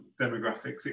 demographics